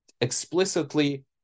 explicitly